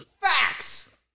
Facts